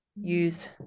use